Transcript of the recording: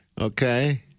okay